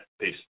Peace